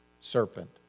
serpent